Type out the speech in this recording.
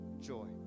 joy